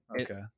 Okay